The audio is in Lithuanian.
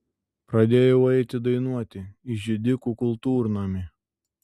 pradėjau eiti dainuoti į židikų kultūrnamį